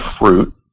fruit